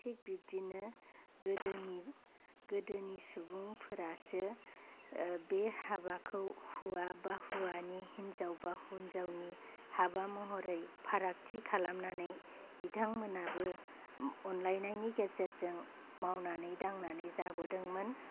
थिक बिब्दिनो गोदोनि सुबुंफोरासो बे हाबाखौ हुवाबा हुवानि हिन्जावबा हिन्जावनि हाबा महरै फारागथि खालामनानै बिथांमोनहाबो अनलायनायनि गेजेरजों मावनानै दांनानै जाबोदोंमोन